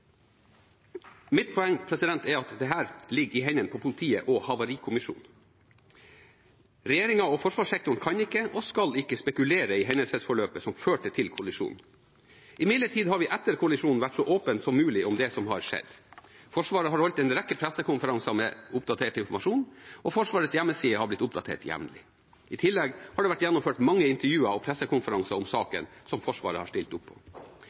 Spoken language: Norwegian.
Mitt poeng er at dette ligger i hendene på politiet og Havarikommisjonen. Regjeringen og forsvarssektoren kan ikke, og skal ikke, spekulere i hendelsesforløpet som førte til kollisjonen. Imidlertid har vi etter kollisjonen vært så åpne som mulig om det som har skjedd. Forsvaret har holdt en rekke pressekonferanser med oppdatert informasjon, og Forsvarets hjemmeside har blitt oppdatert jevnlig. I tillegg har det vært gjennomført mange intervjuer og pressekonferanser om saken som Forsvaret har stilt opp på.